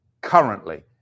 currently